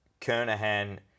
Kernahan